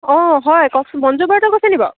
অঁ হয় কওকচোন মঞ্জু বাইদেৱে কৈছেনি বাৰু